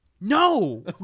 No